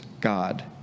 God